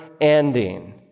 ending